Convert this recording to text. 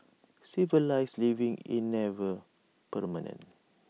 civilised living in never